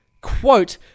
quote